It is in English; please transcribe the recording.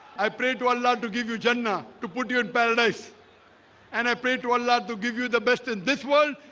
i pray to allah to give you jenna to put you in paradise and i pray to allah to give you the best in this world